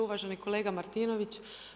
Uvaženi kolega Martinović.